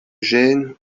gêne